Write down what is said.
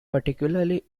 particularly